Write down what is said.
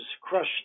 crushed